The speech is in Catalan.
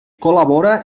col·labora